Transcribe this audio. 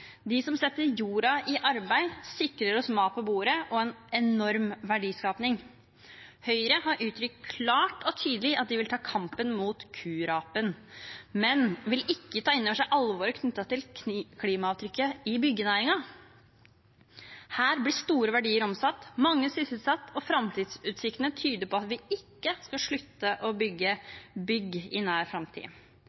de fossile karbonkildene, slik at bioøkonomien får spire, gro og slå ut i full blomst. I disse dager foregår jordbruksforhandlingene – for dem som setter jorda i arbeid, og som sikrer oss mat på bordet og en enorm verdiskaping. Høyre har uttrykt klart og tydelig at de vil ta kampen mot kurapen, men vil ikke ta inn over seg alvoret knyttet til klimaavtrykket i byggenæringen. Her blir store verdier omsatt,